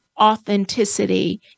authenticity